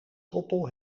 koppel